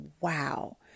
wow